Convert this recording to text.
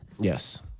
Yes